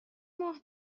ماه